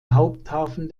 haupthafen